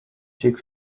chick